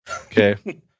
Okay